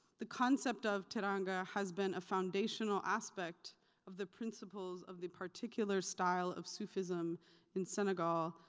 the concept of teranga has been a foundational aspect of the principles of the particular style of sufism in senegal,